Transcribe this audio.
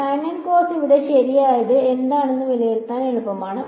sin and cos അവിടെ ശരിയായത് എന്താണെന്ന് വിലയിരുത്താൻ എളുപ്പമാണ്